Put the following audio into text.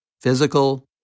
physical